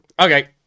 Okay